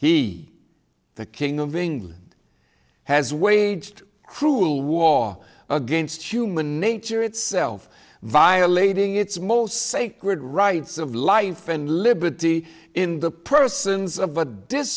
he the king of england has waged cruel war against human nature itself violating its most sacred rights of life and liberty in the persons